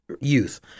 youth